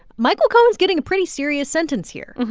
michael cohen's getting a pretty serious sentence here.